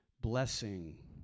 Blessing